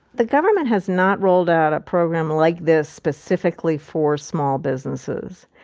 the government has not rolled out a program like this specifically for small businesses.